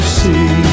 see